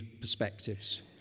perspectives